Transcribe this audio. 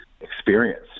experience